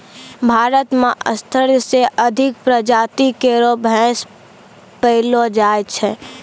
भारत म सत्रह सें अधिक प्रजाति केरो भैंस पैलो जाय छै